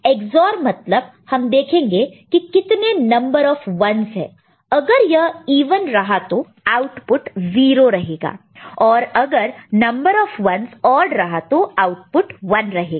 EX OR मतलब हम देखेंगे कि कितने नंबर ऑफ 1's है अगर यह इवन रहा तो आउटपुट 0 रहेगा और अगर नंबर ऑफ 1's औड रहा तो आउटपुट 1 रहेगा